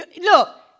Look